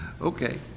Okay